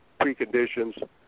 preconditions